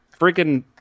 freaking